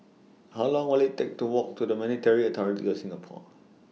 How Long Will IT Take to Walk to The Monetary Authority of Singapore